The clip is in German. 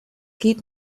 geht